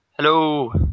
Hello